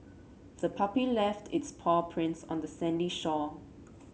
the puppy left its paw prints on the sandy shore